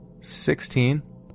Sixteen